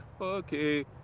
okay